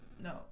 No